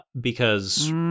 because-